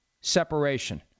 separation